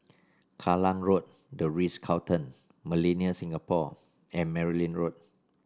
Kallang Road The Ritz Carlton Millenia Singapore and Merryn Road